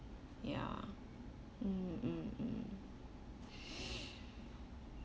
ya mm mm mm